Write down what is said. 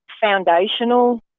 foundational